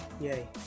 Yay